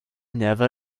never